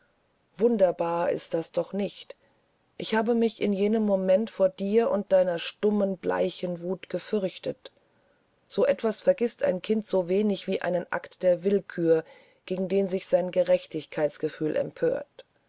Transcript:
wunderbar ist das doch nicht ich habe mich in jenem moment vor dir und deiner stummen bleichen wut gefürchtet so etwas vergißt ein kind so wenig wie einen akt der willkür gegen den sich sein gerechtigkeitsgefühl empört